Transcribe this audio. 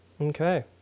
Okay